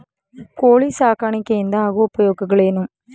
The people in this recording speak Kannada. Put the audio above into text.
ಕೋಳಿ ಸಾಕಾಣಿಕೆಯಿಂದ ಆಗುವ ಉಪಯೋಗಗಳೇನು?